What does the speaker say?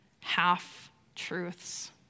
half-truths